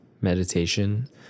meditation